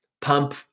pump